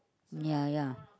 ya ya